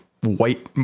white